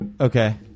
Okay